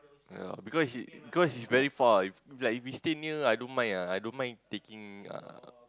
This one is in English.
ya lor because he is because he is very far if like if he stays near I don't mind ah I don't mind taking uh